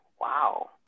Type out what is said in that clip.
Wow